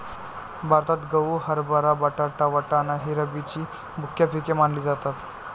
भारतात गहू, हरभरा, बटाटा, वाटाणा ही रब्बीची मुख्य पिके मानली जातात